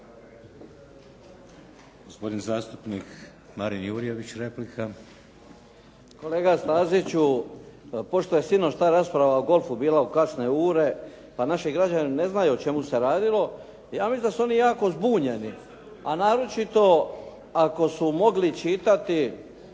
Gospodin zastupnik Marin Jurjević, replika. **Jurjević, Marin (SDP)** Kolega Staziću, pošto je sinoć ta rasprava o golfu bila u kasne ure pa naši građani ne znaju o čemu se radilo. Ja mislim da su oni jako zbunjeni, a naročito ako su mogli čitati